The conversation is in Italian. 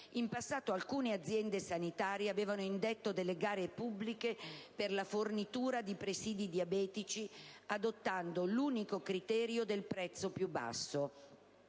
In passato alcune aziende sanitarie avevano indetto delle gare pubbliche per la fornitura di presidi diabetici adottando l'unico criterio del prezzo più basso,